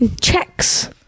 Checks